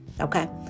okay